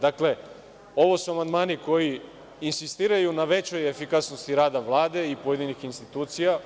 Dakle, ovo su amandmani koji insistiraju na većoj efikasnosti rada Vlade i pojedinih institucija.